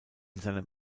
seinem